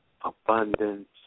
abundance